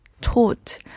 taught